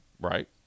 right